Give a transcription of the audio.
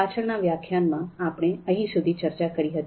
પાછળના વ્યાખ્યાનમાં આપણે અહીં સુધી ચર્ચા કરી હતી